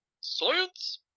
Science